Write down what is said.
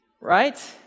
right